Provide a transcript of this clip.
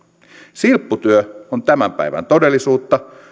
silpputyö on tämän päivän todellisuutta